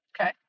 Okay